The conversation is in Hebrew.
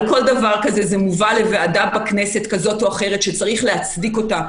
כל דבר כזה מובא לוועדה כזאת או אחרת בכנסת וצריך להצדיק אותו.